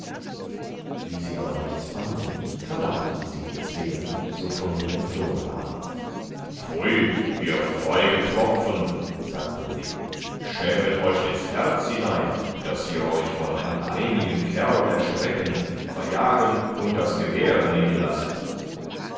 wie sie aber nichts fanden verlachten sie die zween so von mir entflohen waren pfui ihr feige tropfen sagten sie schämet euch ins herz hinein daß ihr euch von einem einigen kerl erschrecken verjagen und das gewehr nehmen lasset